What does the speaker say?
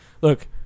Look